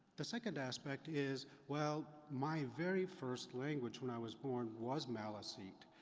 the second aspect is, well, my very first language when i was born was maliseet.